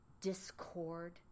discord